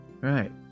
right